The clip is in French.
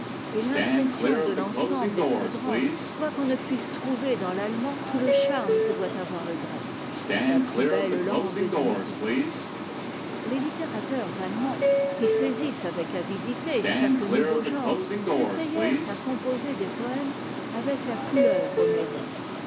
et l'impression de l'ensemble est très-grande quoiqu'on ne puisse trouver dans l'allemand tout le charme que doit avoir le grec la plus belle langue du midi les littérateurs allemands qui saisissent avec avidité chaque nouveau genre s'essayèrent à composer des poëmes avec la couleur homérique